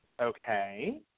okay